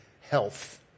health